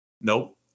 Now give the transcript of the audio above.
Nope